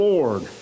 Lord